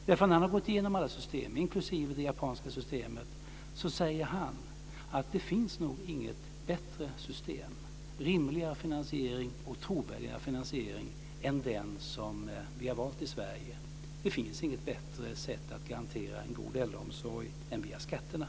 När han hade gått igenom alla system, inklusive det japanska, så sade han nämligen: Det finns nog inget bättre system med rimligare och trovärdigare finansiering än det som vi har valt i Sverige. Det finns inget bättre sätt att garantera en god äldreomsorg än via skatterna.